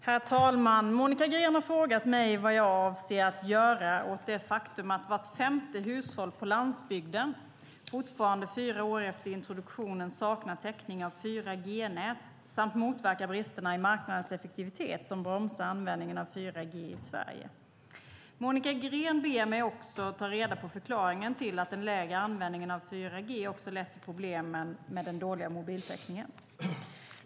Herr talman! Monica Green har frågat mig vad jag avser att göra åt det faktum att vart femte hushåll på landsbygden fortfarande fyra år efter introduktionen saknar täckning av 4G-nät samt om jag avser att motverka bristerna i marknadens effektivitet som bromsar användningen av 4G i Sverige. Monica Green ber mig också ta reda på förklaringen till att den lägre användningen av 4G också har lett till problemen med den dåliga mobiltäckningen.